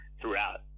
throughout